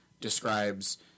describes